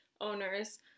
owners